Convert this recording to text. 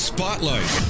Spotlight